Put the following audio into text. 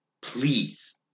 Please